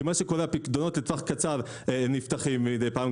מה שקורה הוא שהפיקדונות לטווח קצר נפתחים מידי פעם,